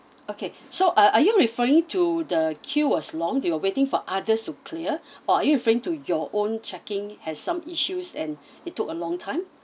okay so uh are you referring to the queue was long they were waiting for others to clear or are you referring to your own check in has some issues and it took a long time